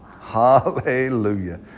Hallelujah